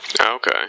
Okay